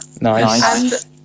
Nice